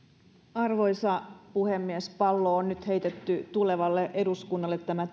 arvoisa puhemies pallo on nyt heitetty tulevalle eduskunnalle tämä